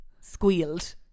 Squealed